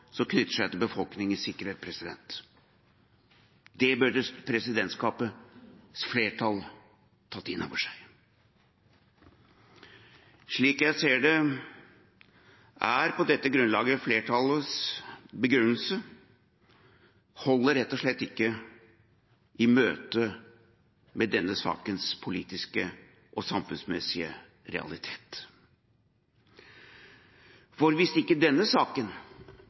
som knytter seg til befolkningens sikkerhet. Det burde presidentskapets flertall tatt inn over seg. Slik jeg ser det, holder på dette grunnlaget flertallets begrunnelse rett og slett ikke i møte med denne sakens politiske og samfunnsmessige realitet. For hvis ikke denne saken